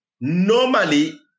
normally